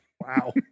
Wow